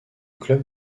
club